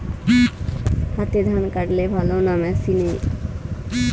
হাতে ধান কাটলে ভালো না মেশিনে?